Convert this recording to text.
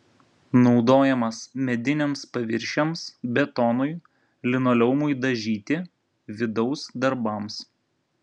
naudojamas mediniams paviršiams betonui linoleumui dažyti vidaus darbams